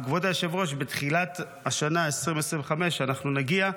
כבוד היושב-ראש, בתחילת השנה 2025 אנחנו נגיע,